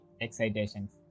excitations